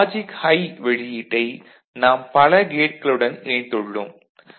இந்த logic high வெளியீட்டை நாம் பல கேட்களுடன் இணைத்துள்ளோம்